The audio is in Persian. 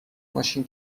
ماشین